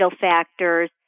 factors